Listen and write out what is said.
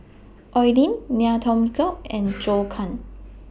Oi Lin Ngiam Tong Dow and Zhou Can